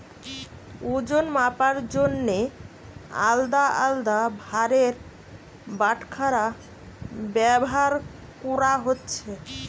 ওজন মাপার জন্যে আলদা আলদা ভারের বাটখারা ব্যাভার কোরা হচ্ছে